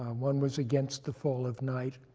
um one was against the fall of night,